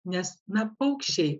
nes na paukščiai